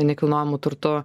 nekilnojamu turtu